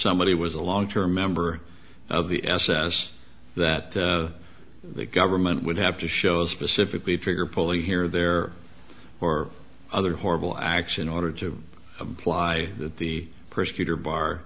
somebody was a long term member of the s s that the government would have to show specifically trigger pull here or there or other horrible acts in order to apply that the persecutor bar